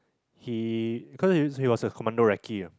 he cause he he was a commando recce